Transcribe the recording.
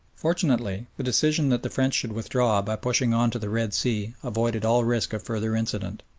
fortunately the decision that the french should withdraw by pushing on to the red sea avoided all risk of further incident,